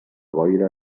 boira